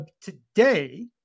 today